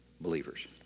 believers